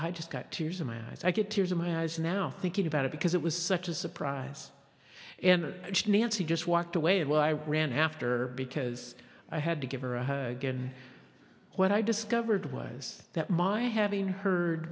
i just got tears in my eyes i get tears in my eyes now thinking about it because it was such a surprise and nancy just walked away when i ran after because i had to give her a hug and what i discovered was that my having heard